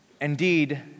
Indeed